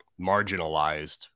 marginalized